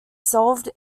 solved